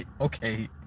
okay